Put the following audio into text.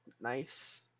Nice